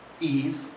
Eve